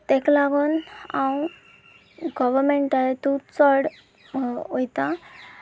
ताका लागून हांव गवमेंटातूं चड वता